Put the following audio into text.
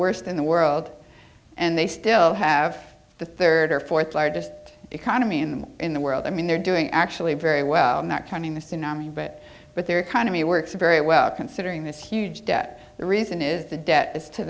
worst in the world and they still have the third or fourth largest economy in them in the world i mean they're doing actually very well not counting the tsunami but with their economy works very well considering this huge debt the reason is the debt is to